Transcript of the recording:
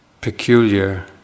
peculiar